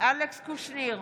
אלכס קושניר,